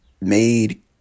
made